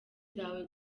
zawe